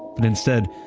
but instead,